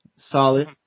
solid